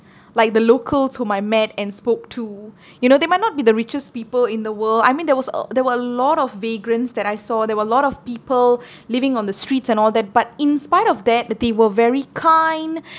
like the locals whom I met and spoke to you know they might not be the richest people in the world I mean there was uh there were a lot of vagrants that I saw there were a lot of people living on the streets and all that but in spite of that they were very kind